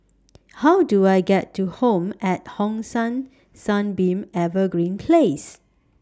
How Do I get to Home At Hong San Sunbeam Evergreen Place